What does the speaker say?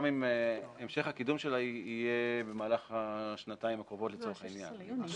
גם אם המשך הקידום שלה יהיה במהלך השנתיים הקרובות לצורך העניין.